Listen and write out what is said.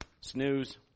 snooze